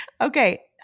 Okay